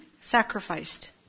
sacrificed